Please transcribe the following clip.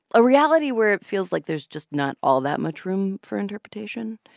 a reality where it feels like there's just not all that much room for interpretation.